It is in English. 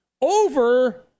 over